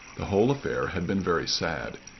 the whole affair had been very sad,